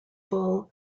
full